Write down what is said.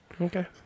Okay